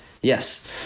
Yes